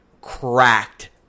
cracked